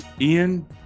Ian